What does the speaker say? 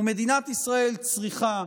מדינת ישראל צריכה,